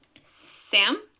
Sam